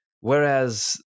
whereas